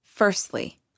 Firstly